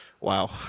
Wow